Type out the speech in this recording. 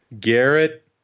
Garrett